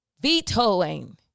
vetoing